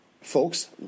folks